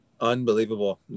unbelievable